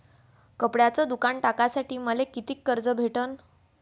कपड्याचं दुकान टाकासाठी मले कितीक कर्ज भेटन?